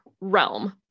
realm